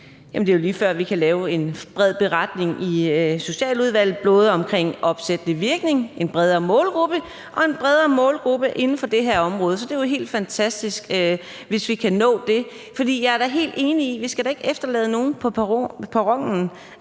Det er jo lige før, vi kan lave en bred beretning i Socialudvalget, både om opsættende virkning, en bredere målgruppe og en bredere målgruppe inden for det her område. Så det er jo helt fantastisk, hvis vi kan nå det. Jeg er helt enig i, at vi da ikke skal efterlade nogen på perronen,